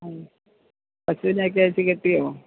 ഉം പശുവിനെയൊക്കെ അഴിച്ചുകെട്ടിയോ